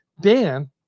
Dan